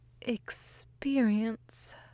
experience